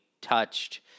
touched